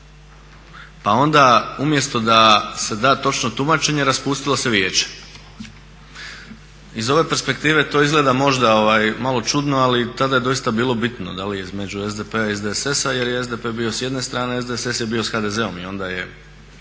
pa onda umjesto da se da točno tumačenje raspustilo se vijeće. Iz ove perspektive to izgleda možda malo čudno ali tada je doista bilo bitno da li je između SDP-a i SDSS-a jer je SDP bio s jedne strane, a SDSS je bio s HDZ-om, tako da čisto